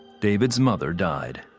david's mother died.